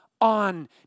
on